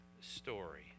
story